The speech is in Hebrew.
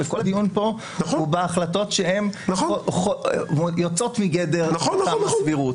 הרי כל הדיון כאן הוא בהחלטות שהן יוצאות מגדר מתחם הסבירות.